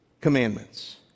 commandments